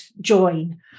join